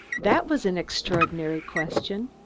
that was an extraordinary question.